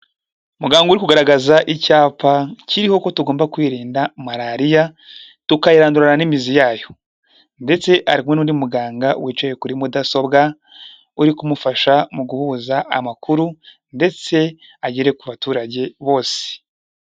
Muganga uri kugaragaza icyapa kiriho ko tugomba kwirinda malariya, tukayirandurana n'imizi yayo. Ndetse ari kumwe n'undi muganga wicaye kuri mudasobwa, uri kumufasha mu guhuza amakuru, ndetse agere ku baturage bose.